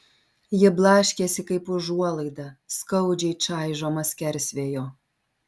ji blaškėsi kaip užuolaida skaudžiai čaižoma skersvėjo